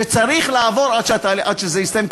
שצריך לעבור עד שזה יסתיים,